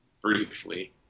briefly